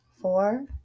four